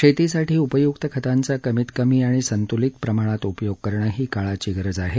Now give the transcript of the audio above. शेतीसाठी उपयुक्त खतांचा कमीत कमी आणि संतुलित प्रमाणात उपयोग करणं ही काळाची गरज आहे